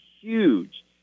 huge